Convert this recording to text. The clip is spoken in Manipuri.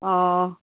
ꯑꯥ